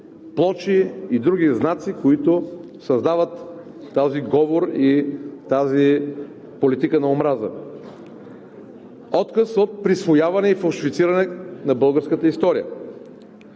плочи и други знаци, които създават този говор, и тази политика на омраза. Отказ от присвояване и фалшифициране на българската история.